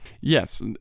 Yes